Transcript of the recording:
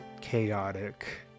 chaotic